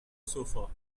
sofa